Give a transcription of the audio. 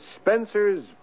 Spencer's